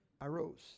arose